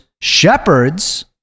shepherds